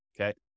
okay